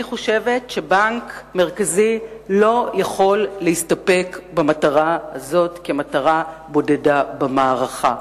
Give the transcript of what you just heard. בנק מרכזי לא יכול להסתפק במטרה הזאת כמטרה בודדה במערכה.